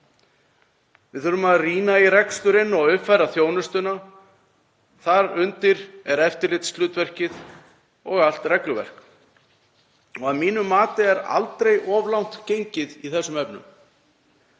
Við þurfum að rýna í reksturinn og uppfæra þjónustuna. Þar undir er eftirlitshlutverkið og allt regluverk. Að mínu mati er aldrei of langt gengið í þessum efnum.